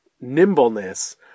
nimbleness